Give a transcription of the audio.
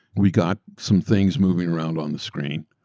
we got some things moving around on the screen.